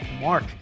Mark